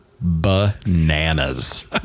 bananas